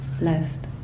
left